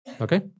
Okay